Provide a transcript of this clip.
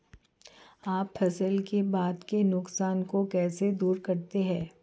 आप फसल के बाद के नुकसान को कैसे दूर करते हैं?